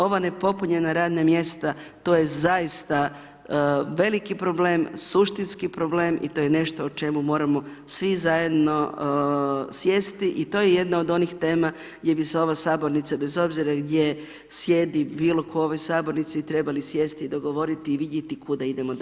Ova nepopunjena radna mjesta, to je zaista veliki problem, suštinski problem i to je nešto o čemu moramo svi zajedno sjesti i to je jedna od onih tema gdje bi se ova Sabornica bez obzira gdje sjedi bilo tko, u ovoj Sabornici, trebali sjesti i dogovoriti i vidjeti kuda idemo dalje.